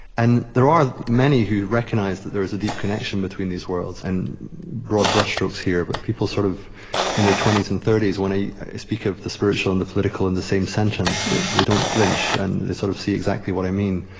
and there are many who recognize that there is a deep connection between these worlds, and broad brushstrokes here, but people sort of in their twenty s and thirty s, when i speak of the spiritual and the political in the same sentence, they don't flinch, and they sort of see exactly what i mean.